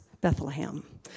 Bethlehem